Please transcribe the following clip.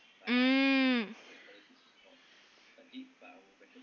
mm